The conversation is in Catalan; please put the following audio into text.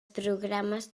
programes